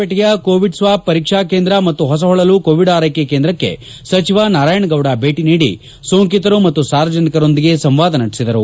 ಪೇಟೆಯ Covid swab ಪರೀಕ್ಷಾ ಕೇಂದ್ರ ಮತ್ತು ಹೊಸಹೊಳಲು ಕೋವಿಡ್ ಆರೈಕೆ ಕೇಂದ್ರಕ್ಕೆ ಸಚಿವ ನಾರಾಯಣಗೌಡ ಭೇಟಿ ನೀಡಿ ಸೋಂಕಿತರು ಮತ್ತು ಸಾರ್ವಜನಿಕರೊಂದಿಗೆ ಸಂವಾದ ನಡೆಸಿದರು